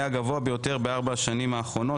היה הגבוה ביותר בארבע השנים האחרונות",